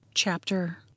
chapter